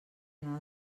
anar